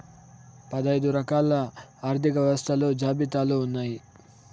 పదైదు రకాల ఆర్థిక వ్యవస్థలు జాబితాలు ఉన్నాయి